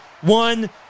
One